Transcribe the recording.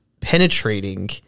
penetrating